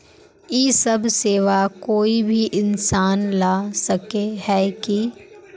इ सब सेवा कोई भी इंसान ला सके है की?